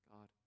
God